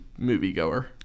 moviegoer